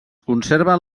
conserven